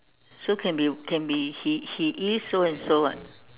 so can be can be he he is so and so [what]